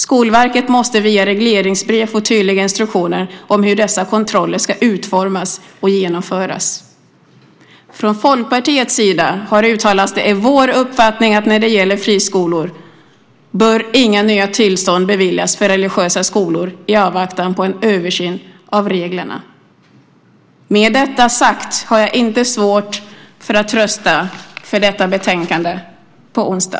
Skolverket måste via regleringsbrev få tydliga instruktioner om hur dessa kontroller ska utformas och genomföras. Från Folkpartiets sida har uttalats att det är vår uppfattning att när det gäller friskolor bör inga nya tillstånd beviljas för religiösa skolor i avvaktan på en översyn av reglerna. Med detta sagt har jag inte svårt att rösta för förslaget i detta betänkande på onsdag.